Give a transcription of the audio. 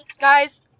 guys